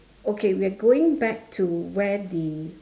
okay we're going back to where the